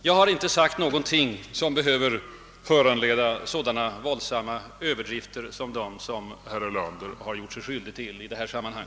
Jag har inte sagt någonting som behövde föranleda de våldsamma överdrifter som herr Erlander gjorde sig skyldig till.